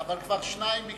אבל כבר שניים ביקשו,